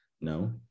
no